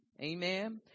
Amen